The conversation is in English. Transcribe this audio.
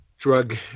drug